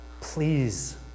Please